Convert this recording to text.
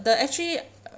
the actually